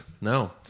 No